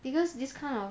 because this kind of